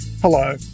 Hello